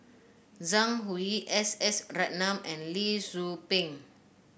Zhang Hui S S Ratnam and Lee Tzu Pheng